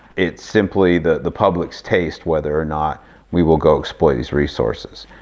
it's simply the the public's taste whether or not we will go exploit these resources.